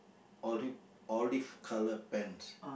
oli~ olive colour pants